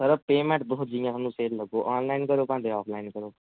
sir payment जियां मर्जी offline करो जां ऑनलाइन करो